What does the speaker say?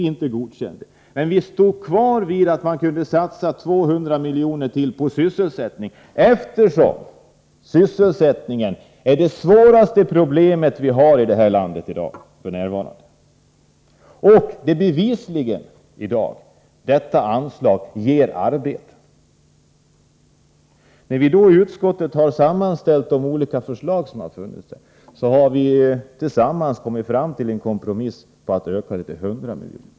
Detta godkände vi inte, men vi stod kvar vid att kräva 200 miljoner mer till sysselsättning, eftersom sysselsättningen är det svåraste problem vi har i landet i dag, och det bevisligen är så att detta anslag ger arbete. När vi då i utskottet sammanställt de olika förslag som funnits har vi tillsammans kommit fram till en kompromiss genom att öka med 100 miljoner.